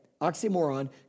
oxymoron